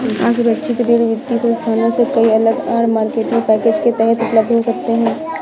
असुरक्षित ऋण वित्तीय संस्थानों से कई अलग आड़, मार्केटिंग पैकेज के तहत उपलब्ध हो सकते हैं